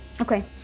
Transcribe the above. Okay